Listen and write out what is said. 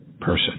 person